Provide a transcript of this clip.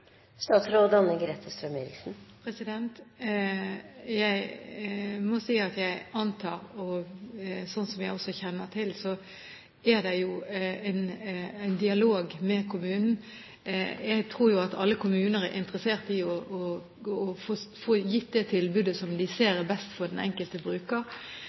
Jeg antar at det er – og slik som jeg også kjenner til, er det – en dialog med kommunen. Jeg tror at alle kommuner er interessert i å få gitt det tilbudet som de ser er best for den enkelte bruker.